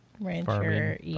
Rancher